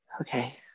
Okay